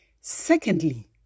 Secondly